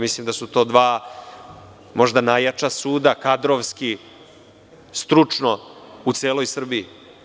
Mislim da su to dva možda najjača suda kadrovski, stručno u celoj Srbiji.